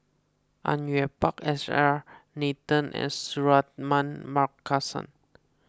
Au Yue Pak S R Nathan and Suratman Markasan